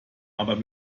aber